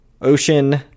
Ocean